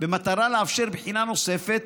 במטרה לאפשר בחינה נוספת,